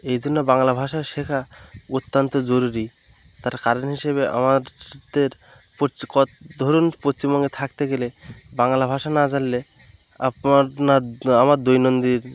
এই জন্য বাংলা ভাষা শেখা অত্যান্ত জরুরি তার কারণ হিসেবে আমারদের প্রোচ ক ধরুন পশ্চিমবঙ্গে থাকতে গেলে বাংলা ভাষা না জানলে আপনার না আমার দৈনন্দিন